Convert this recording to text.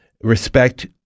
respect